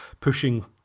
pushing